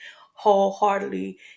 wholeheartedly